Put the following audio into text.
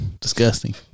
disgusting